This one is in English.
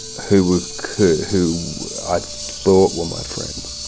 who who i thought were my friends,